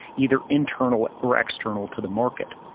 either internal or external to the market.